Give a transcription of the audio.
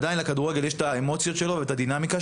עדיין לכדורגל יש את האמוציות שלו ואת הדינמיקה,